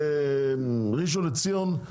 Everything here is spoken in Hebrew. ראשון לציון,